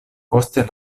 poste